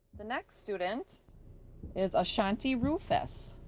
the next student is a ashanti rufus,